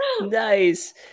Nice